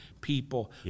people